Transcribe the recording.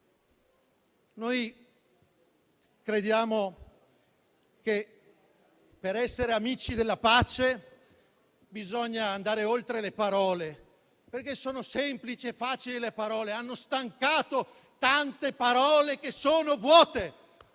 Noi crediamo che, per essere amici della pace, bisogna andare oltre le parole; sono semplici e facili, le parole; hanno stancato tante parole, che sono vuote.